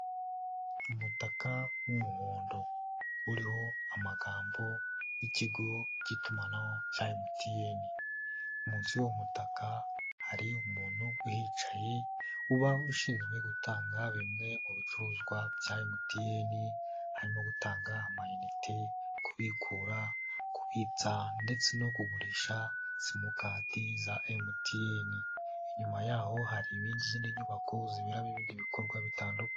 Umutaka w'umuhondo uriho amagambo y'ikigo cy'itumanaho cya MTN. Munsi y'uwo mutaka hari umuntu uhicaye, uba ushinzwe gutanga bimwe mu bicuruzwa bya MTN, harimo gutanga amainite, kubikura, kubitsa ndetse no kugurisha simukadi za MTN. Inyuma yaho hari izindi nyubako ziberamo ibindi bikorwa bitandukanye.